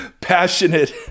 passionate